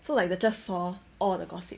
so like the cher saw all the gossip